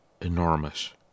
enormous